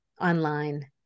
online